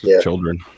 Children